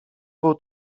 był